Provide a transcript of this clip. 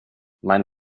mein